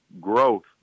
growth